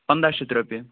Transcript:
پَنٛداہ شیٚتھ رۄپیہِ